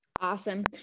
Awesome